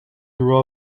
grew